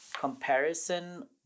comparison